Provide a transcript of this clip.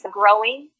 growing